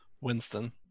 Winston